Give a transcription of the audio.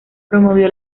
promovió